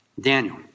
Daniel